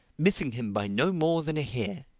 missing him by no more than a hair.